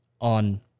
on